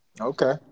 Okay